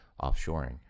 offshoring